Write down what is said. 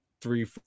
three